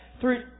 three